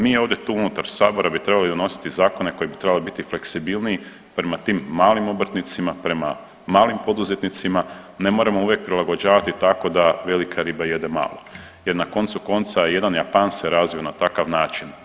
Mi ovdje tu unutar sabora bi trebali donositi zakone koji bi trebali biti fleksibilniji prema tim malim obrtnicima, prema malim poduzetnicima, ne moramo uvijek prilagođavati tako da velika riba jede malu jer na koncu konca jedan Japan se razvio na takav način.